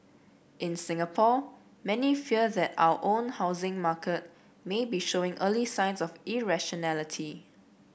in Singapore many fear that our own housing market may be showing early signs of irrationality